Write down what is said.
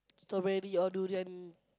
strawberry or durian